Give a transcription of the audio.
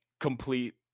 Complete